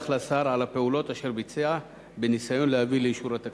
לשר על הפעולות אשר ביצע בניסיון להביא לאישור התקציב.